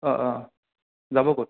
অঁ অঁ যাব কত